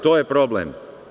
To je problem.